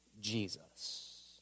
Jesus